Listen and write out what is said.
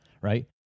Right